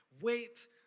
Wait